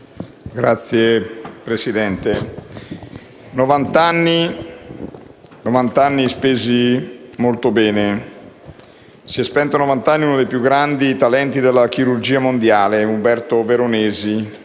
Signor Presidente, novant'anni spesi molto bene. Si è spento a novant'anni uno dei più grandi talenti della chirurgia mondiale, Umberto Veronesi,